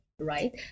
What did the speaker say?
right